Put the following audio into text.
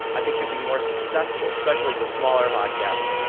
i think you'll be more successful, especially as a smaller podcast.